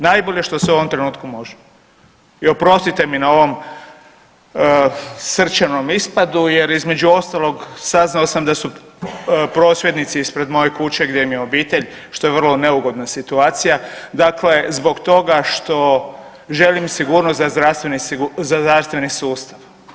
Najbolje što se u ovom trenutku može i oprostite mi na ovom srčanom ispadu jer, između ostalog, saznao sam da su prosvjednici ispred moje kuće, gdje mi je obitelj, što je vrlo neugodna situacija, dakle, zbog toga što želim sigurnost za zdravstveni sustav.